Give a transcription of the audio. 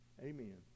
Amen